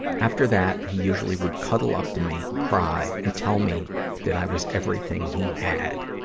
after that, he usually would cuddle up to me, cry, and tell me that i was everything he had.